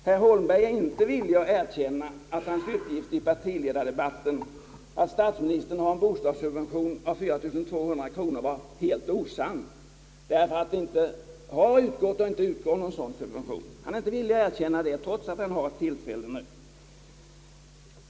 Herr Holmberg är inte villig att erkänna att hans uppgift i partiledardebatten att statsministern har en bostadssubvention på 4 200 kronor var helt osann, och detta fastän det inte har utgått och inte utgår någon sådan subvention. Han är inte villig att erkänna det, trots att han har haft tillfälle därtill.